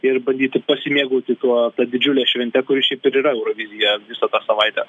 ir bandyti pasimėgauti tuo ta didžiule švente kuri šiaip ir yra eurovizija visą tą savaitę